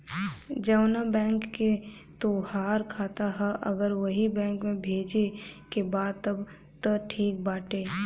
जवना बैंक के तोहार खाता ह अगर ओही बैंक में भेजे के बा तब त ठीक बाटे